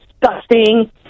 disgusting